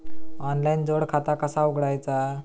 Online जोड खाता कसा उघडायचा?